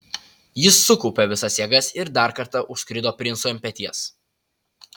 jis sukaupė visas jėgas ir dar kartą užskrido princui ant peties